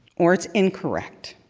or its incorrect,